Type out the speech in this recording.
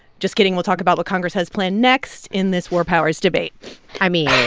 just kidding we'll talk about what congress has planned next in this war powers debate i mean,